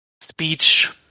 speech